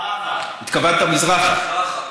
התכוונת מזרחה.